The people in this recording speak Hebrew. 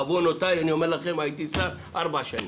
בעוונותיי, אני אומר לכם, הייתי שר ארבע שנים.